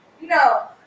No